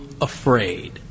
afraid